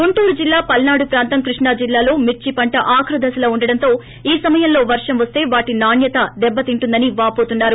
గుంటూరు జిల్లా పల్పాడు ప్రాంతం కృష్ణా జిల్లాలో మిర్పి పంట ఆఖరు దశలో ఉండడంతో ఈ సమయంలో వర్షం వస్తే వాటి నాణ్యత దెబ్బతింటుందని వావోతున్నారు